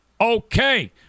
Okay